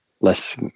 less